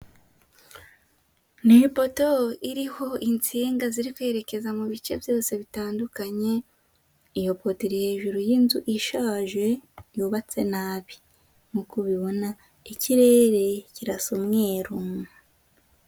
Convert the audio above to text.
Ni ipoto iriho insinga ziri kwerekeza mu bice byose bitandukanye, iyo poto iri hejuru y'inzu ishaje yubatse nabi, nkuko ubibona ikirere kirasa umweru.